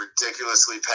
ridiculously